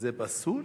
זה פסול?